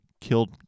killed